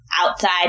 outside